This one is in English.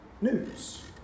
news